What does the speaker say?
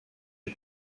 est